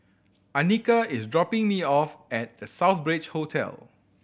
Annika is dropping me off at The Southbridge Hotel